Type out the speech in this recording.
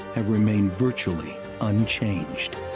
have remained virtually unchanged.